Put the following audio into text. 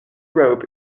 rope